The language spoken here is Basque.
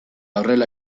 horrela